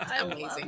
Amazing